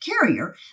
carrier